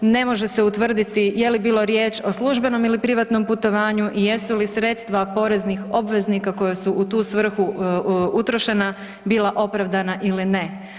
Ne može se utvrditi je li bilo riječ o službenom ili privatnom putovanju i jesu li sredstva poreznih obveznika koji su u tu svrhu utrošena, bila opravdana ili ne.